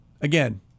again